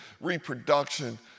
reproduction